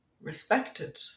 respected